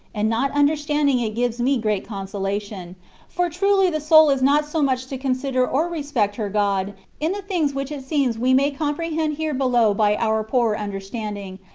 and not understanding it gives me great consolation for truly the soul is not so much to consider or respect her god in the things which it seems we may comprehend here below by our poor understanding,